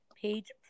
page